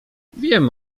wiem